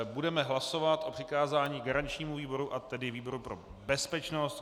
Budeme hlasovat o přikázání garančnímu výboru, a tedy výboru pro bezpečnost.